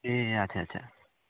ए अच्छा अच्छा